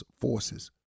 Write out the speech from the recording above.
forces